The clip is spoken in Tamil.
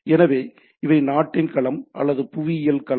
எனவே இவை நாட்டின் களம் அல்லது புவியியல் களம்